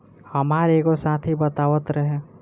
हामार एगो साथी बतावत रहे